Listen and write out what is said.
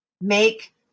make